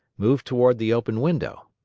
moved toward the open window.